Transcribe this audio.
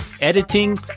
editing